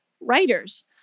writers